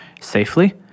safely